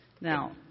Now